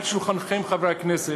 על שולחנכם, חברי הכנסת,